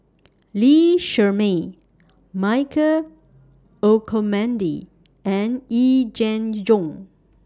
Lee Shermay Michael Olcomendy and Yee Jenn Jong